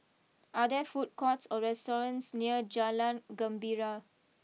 are there food courts or restaurants near Jalan Gembira